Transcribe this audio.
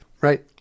Right